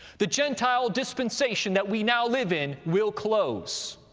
the gentile dispensation that we now live in will close,